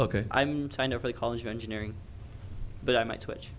ok i'm signed up for the college of engineering but i might switch